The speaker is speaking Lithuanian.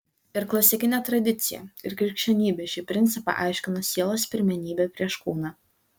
ir klasikinė tradicija ir krikščionybė šį principą aiškino sielos pirmenybe prieš kūną